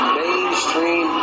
mainstream